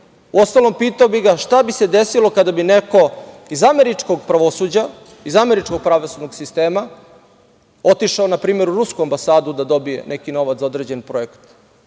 Uostalom, pitao bih ga šta bi se desilo kada bi neko iz američkog pravosuđa, iz američkog pravosudnog sistema, otišao, na primer, u rusku ambasadu da dobije neki novac za određeni projekat?